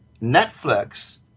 Netflix